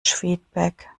feedback